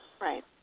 right